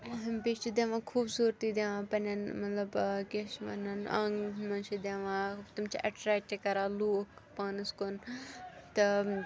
بیٚیہِ چھِ دِوان خوٗبصوٗرتی دِوان پنٛںٮ۪ن مطلب کیٛاہ چھِ وَنان آنٛگنَس منٛز چھِ دِوان تِم چھِ اَٹرٛیکٹ کَران لوٗکھ پانَس کُن تہٕ